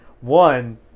One